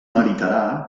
meritarà